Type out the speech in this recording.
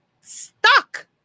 stuck